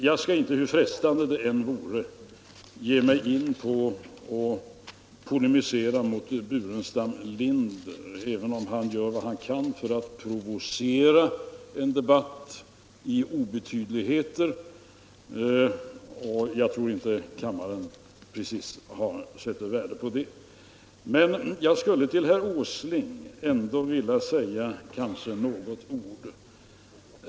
Jag skall inte, hur frestande det än vore, ge mig in på att polemisera mot herr Burenstam Linder, även om han gör vad han kan för att provocera fram en debatt om obetydligheter. Jag tror inte kammaren precis sätter värde på en sådan debatt. Till herr Åsling skulle jag emellertid ändå vilja säga något ord.